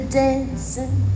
dancing